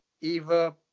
Eva